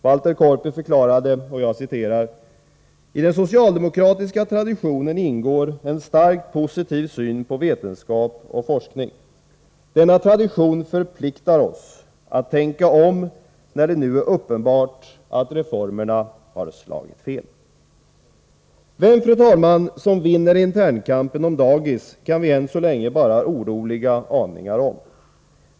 Walter Korpi förklarade: ”I den socialdemokratiska traditionen ingår en stark positiv syn på vetenskap och forskning. Denna tradition förpliktigar oss att tänka om när det nu är uppenbart att reformerna har slagit fel.” Fru talman! Vem som vinner internkampen om dagis kan vi än så länge bara ha oroliga aningar om.